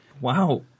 Wow